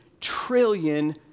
trillion